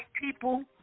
people